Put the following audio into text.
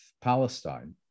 Palestine